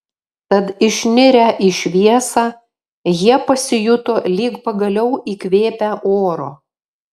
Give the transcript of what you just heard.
tad išnirę į šviesą jie pasijuto lyg pagaliau įkvėpę oro